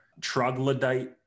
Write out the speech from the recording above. troglodyte